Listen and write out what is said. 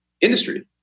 industry